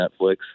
Netflix